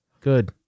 Good